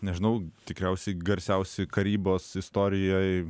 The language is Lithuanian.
nežinau tikriausiai garsiausi karybos istorijoj